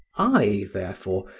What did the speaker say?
i therefore,